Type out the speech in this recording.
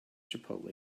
chipotle